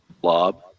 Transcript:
Blob